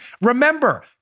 Remember